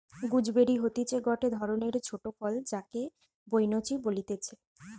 gooseberry হতিছে গটে ধরণের ছোট ফল যাকে বৈনচি বলতিছে